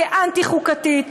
כאנטי-חוקתית.